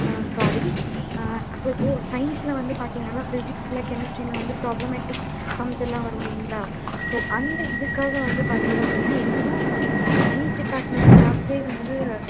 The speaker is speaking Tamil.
ஆ சாரி ஸோ இப்போ சயின்ஸில் வந்து பார்த்திங்கன்னா பிஸிக்ஸில் கெமிஸ்ட்டிரில வந்து ப்ராப்ளமேட்டிக் சம்ஸ் எல்லாம் வரும் இல்லைங்களா ஸோ அந்த இதுக்காக வந்து பார்த்திங்க அப்படின்னா என்ன தான் வந்து சயின்ஸ் டிபார்ட்மெண்ட் ஸ்டாஃப்ஸே வந்து